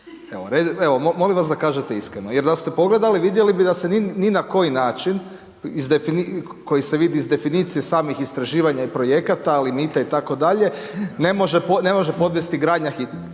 Evo molim vas da kažete iskreno, jer da ste pogledali vidjeli bi da se ni na koji način koji se vidi iz definicije samih istraživanja i projekata, limita itd. ne može podvesti gradnja